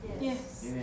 Yes